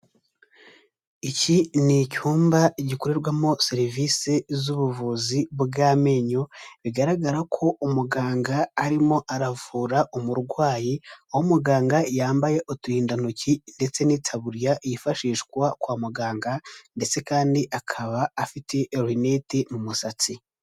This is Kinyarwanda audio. Iki ni icyumba gikorerwamo serivisi z'ubuvuzi bw'amenyo, bigaragara ko umuganga arimo aravura umurwayi, aho muganga yambaye uturindantoki ndetse n'itaburiya yifashishwa kwa muganga ndetse kandi akaba afite rinete mu musatsi.